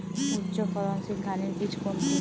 উচ্চ ফলনশীল ধানের বীজ কোনটি?